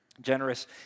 generous